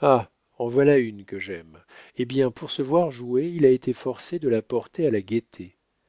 ah en voilà une que j'aime eh bien pour se voir jouer il a été forcé de la porter à la gaîté